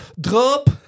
drop